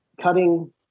cutting